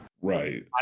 Right